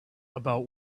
about